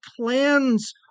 plans